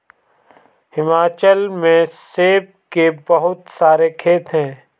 हिमाचल में सेब के बहुत सारे खेत हैं